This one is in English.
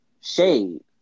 Shade